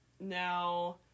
Now